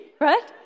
Right